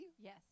Yes